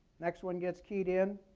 next one gets keyed in